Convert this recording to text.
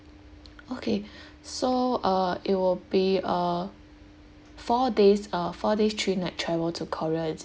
okay so uh it will be uh four days uh four day three night travel to korea is it